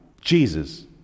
Jesus